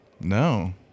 No